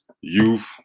youth